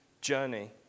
journey